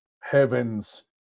heavens